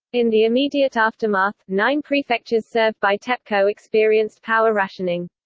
in the immediate aftermath, nine prefectures served by tepco experienced power rationing.